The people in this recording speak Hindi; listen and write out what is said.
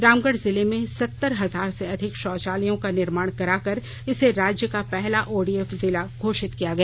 रामगढ़ जिले में सत्तर हजार से अधिक भाौचालयों का निर्माण कराकर इसे राज्य का पहला ओडीएफ जिला घोशित किया गया